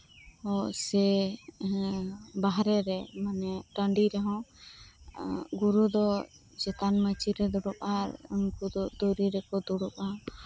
ᱥᱮ ᱵᱟᱦᱨᱮ ᱨᱮ ᱥᱮ ᱴᱟᱸᱰᱤ ᱨᱮᱦᱚᱸ ᱜᱩᱨᱩ ᱫᱚ ᱪᱮᱛᱟᱱ ᱢᱟᱹᱪᱤᱮ ᱫᱩᱲᱩᱵ ᱟᱭ ᱩᱱᱠᱩ ᱫᱚ ᱫᱷᱩᱲᱤ ᱨᱮᱠᱚ ᱫᱩᱲᱩᱵᱽᱼᱟ